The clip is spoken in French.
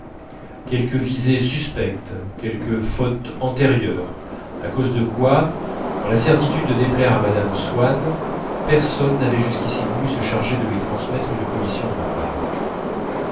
quelque visée suspecte quelque faute antérieure à cause de quoi dans la certitude de déplaire à mme swann personne n'avait jusqu'ici voulu se charger de lui transmettre une commission de ma part